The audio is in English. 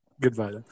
Goodbye